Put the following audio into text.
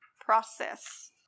process